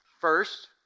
First